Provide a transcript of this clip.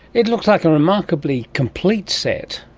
it looks like a remarkably complete set,